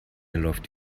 läuft